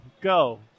Go